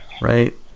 Right